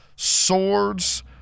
Swords